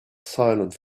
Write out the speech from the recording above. silent